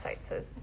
says